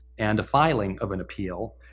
and a filing of and appeal.